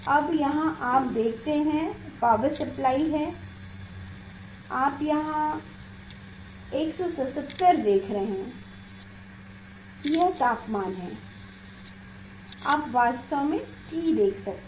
अब यहाँ आप देखते हैंपावर सप्लाइ है आप यहाँ 177 देख रहे हैं यह तापमान है आप वास्तव में T देख सकते हैं